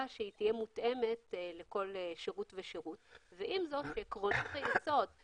שתהיה מותאמת לכל שירות ושירות ועם זאת כשאומרים